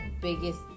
biggest